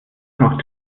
noch